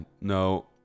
no